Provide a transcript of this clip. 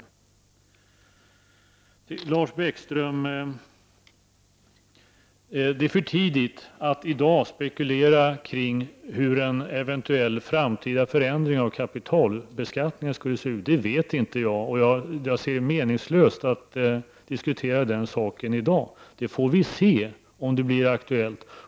Till Lars Bäckström vill jag säga att det är för tidigt att i dag spekulera om hur en eventuell framtida förändring av kapitalbeskattningen skall se ut. Det vet inte jag, och jag ser det som meningslöst att diskutera den saken i dag. Detta får vi se, om det blir aktuellt.